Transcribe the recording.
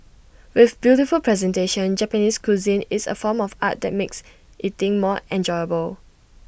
with beautiful presentation Japanese cuisine is A form of art that make eating more enjoyable